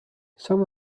some